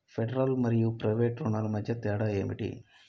Federal మరియు private రుణాల మధ్య తేడా ఏమిటి?